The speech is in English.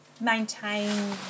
maintain